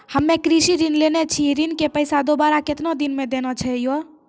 हम्मे कृषि ऋण लेने छी ऋण के पैसा दोबारा कितना दिन मे देना छै यो?